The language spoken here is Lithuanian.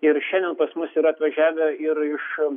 ir šiandien pas mus ir atvažiavę ir iš